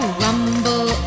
rumble